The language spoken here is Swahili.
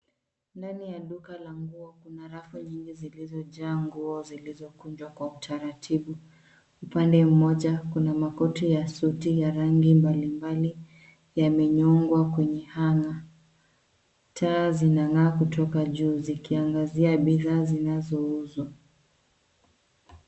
Ndani ya duka la nguo. Kuna rafu nyingi zilizojaa nguo zilizokunjwa kwa utaratibu. Upande mmoja kuna makoti ya suti ya rangi mbalimbali yamefungwa kwenye (cs)hanger(cs).Taa zinang'aa kutoka juu zikiangazia bidhaa zinazouzwa.